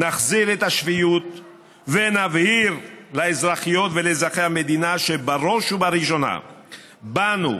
נחזיר את השפיות ונבהיר לאזרחיות ולאזרחי המדינה שבראש ובראשונה באנו,